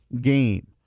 game